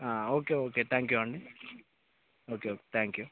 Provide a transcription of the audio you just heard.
okay okay thank you అండి okay okay thank you